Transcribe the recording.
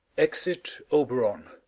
exit oberon